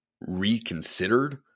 reconsidered